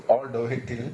(uh huh)